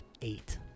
eight